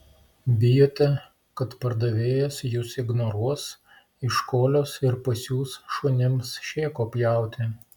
bijote kad pardavėjas jus ignoruos iškolios ir pasiųs šunims šėko pjauti